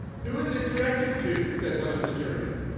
who is it directed to? said one of the jurymen.